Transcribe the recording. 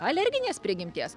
alerginės prigimties